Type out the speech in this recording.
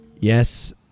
Yes